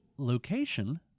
Location